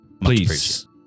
Please